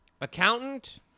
accountant